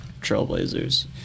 Trailblazers